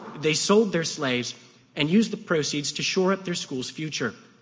they sold their slaves and used the proceeds to shore up their school's future,